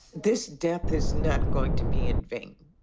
this death is not going to be in vain.